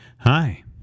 Hi